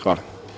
Hvala.